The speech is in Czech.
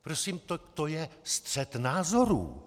Prosím, to je střet názorů.